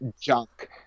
junk